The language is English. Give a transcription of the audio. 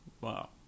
Wow